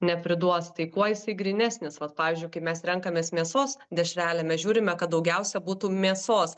nepriduos tai kuo jisai grynesnis vat pavyzdžiui kai mes renkamės mėsos dešrelę mes žiūrime kad daugiausia būtų mėsos